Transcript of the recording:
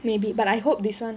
maybe but I hope this [one]